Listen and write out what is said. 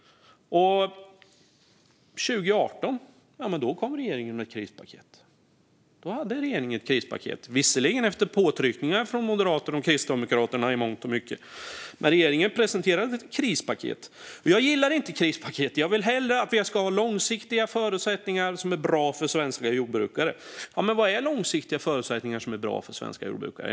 Då, 2018, kom regeringen med ett krispaket - visserligen efter påtryckningar från Moderaterna och Kristdemokraterna i mångt och mycket. Jag gillar inte krispaket. Jag vill hellre att vi har långsiktiga förutsättningar som är bra för svenska jordbrukare. Vad är då långsiktiga förutsättningar som är bra för svenska jordbrukare?